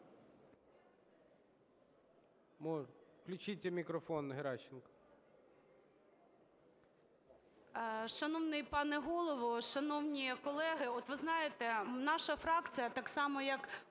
Включіть мікрофон, Геращенко.